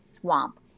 swamp